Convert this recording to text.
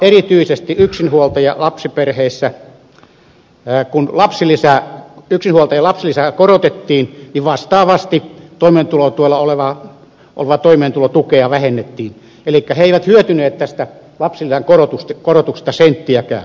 erityisesti yksinhuoltajalapsiperheissä kun yksinhuoltajien lapsilisää korotettiin niin vastaavasti toimeentulotuella olevan toimeentulotukea vähennettiin elikkä he eivät hyötyneet tästä lapsilisän korotuksesta senttiäkään